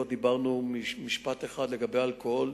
לא דיברנו, משפט אחד לגבי אלכוהול.